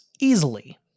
easily